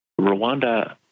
Rwanda